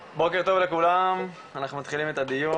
בוקר טוב לכולם, אנחנו מתחילים את הדיון.